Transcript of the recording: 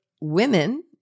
women